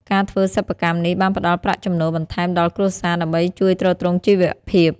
ការធ្វើសិប្បកម្មនេះបានផ្តល់ប្រាក់ចំណូលបន្ថែមដល់គ្រួសារដើម្បីជួយទ្រទ្រង់ជីវភាព។